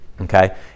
okay